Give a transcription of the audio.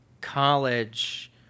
college